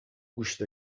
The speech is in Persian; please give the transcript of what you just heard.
گوشت